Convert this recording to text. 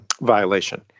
violation